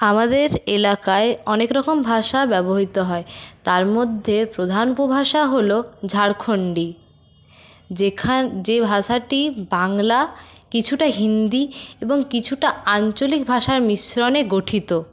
আমাদের এলাকায় অনেক রকম ভাষা ব্যবহৃত হয় তার মধ্যে প্রধান উপভাষা হল ঝাড়খণ্ডী যেখান যে ভাষাটি বাংলা কিছুটা হিন্দি এবং কিছুটা আঞ্চলিক ভাষার মিশ্রণে গঠিত